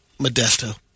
Modesto